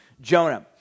Jonah